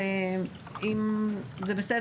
(היו"ר משה טור פז,